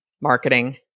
marketing